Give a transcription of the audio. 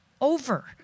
Over